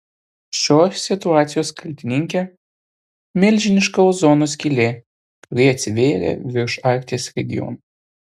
šios situacijos kaltininkė milžiniška ozono skylė kuri atsivėrė virš arkties regiono